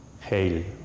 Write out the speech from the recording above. Hail